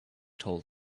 told